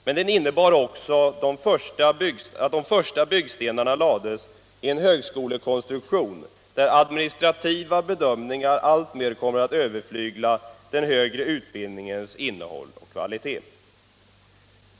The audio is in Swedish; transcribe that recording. Men den innebar också att de första byggstenarna lades i en högskolekonstruktion där administrativa bedömningar alltmer har kommit att överflygla den högre utbildningens innehåll och kvalitet.